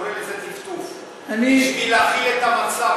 שקורא לזה "טפטוף" בשביל להכיל את המצב,